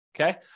Okay